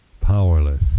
powerless